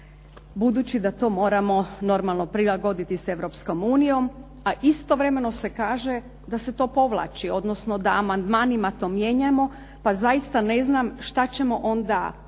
budući da to moramo normalno prilagoditi s Europskom unijom a istovremeno se kaže da se to povlači, odnosno da amandmanima to mijenjamo. Pa zaista ne znam šta ćemo onda